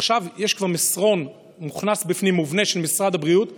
עכשיו מוכנס כבר מסרון מובנה של משרד הבריאות שמודיע: